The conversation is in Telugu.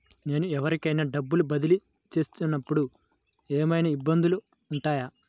నేను ఎవరికైనా డబ్బులు బదిలీ చేస్తునపుడు ఏమయినా ఇబ్బందులు వుంటాయా?